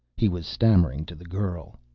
he was stammering to the girl.